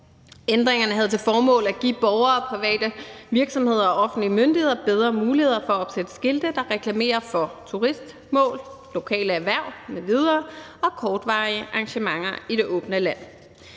Ændringerne havde til formål at give borgere og private virksomheder og offentlige myndigheder bedre muligheder for at opsætte skilte, der reklamerer for turistmål, lokale erhverv m.v. og kortvarige arrangementer i det åbne land.